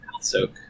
soak